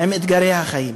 עם אתגרי החיים.